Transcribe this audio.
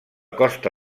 costa